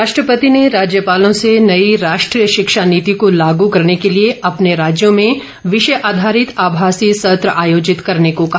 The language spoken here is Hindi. राष्ट्रपति ने राज्यपालों से नई राष्ट्रीय शिक्षा नीति को लागू करने के लिए अपने राज्यों में विषय आधारित आभासी सत्र आयोजित करने को कहा